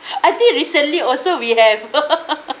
I think recently also we have